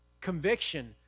Conviction